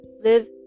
Live